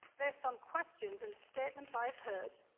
based on questions and statements i have heard,